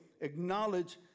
acknowledge